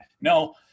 No